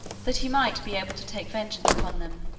that he might be able to take vengeance upon them,